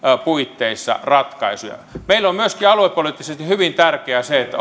puitteissa ratkaisuja meille on myöskin aluepoliittisesti hyvin tärkeää se että